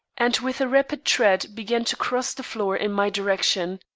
and with a rapid tread began to cross the floor in my direction.